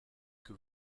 que